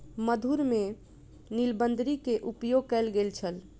मधुर में नीलबदरी के उपयोग कयल गेल छल